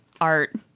art